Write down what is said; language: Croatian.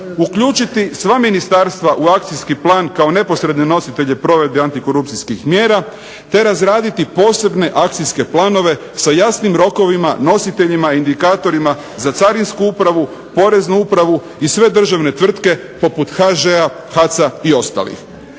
uključiti sva ministarstva u akcijski plan kao neposredne nositelje provedbe antikorupcijskih mjera, te razraditi posebne akcijske planove sa jasnim rokovima, nositeljima, indikatorima za Carinsku upravu, Poreznu upravu i sve državne tvrtke poput HŽ-a, HAC-a i ostalih.